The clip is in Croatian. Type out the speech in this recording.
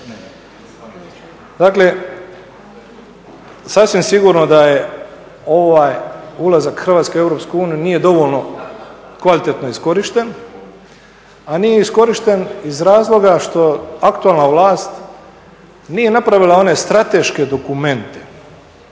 Dakle sasvim sigurno da ovaj ulazak Hrvatske u Europsku uniju nije dovoljno kvalitetno iskorišten, a nije iskorišten iz razloga što aktualna vlast nije napravila one strateške dokumente